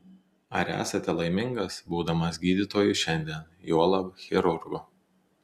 ar esate laimingas būdamas gydytoju šiandien juolab chirurgu